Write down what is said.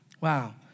Wow